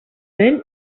ell